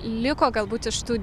liko galbūt iš tų